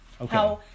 Okay